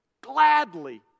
gladly